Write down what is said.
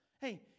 Hey